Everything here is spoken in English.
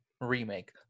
remake